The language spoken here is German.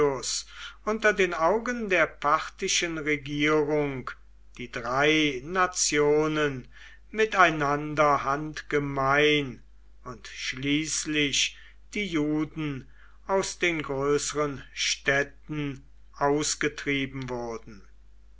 unter den augen der parthischen regierung die drei nationen miteinander handgemein und schließlich die juden aus den größeren städten ausgetrieben wurden